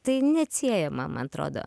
tai neatsiejama man atrodo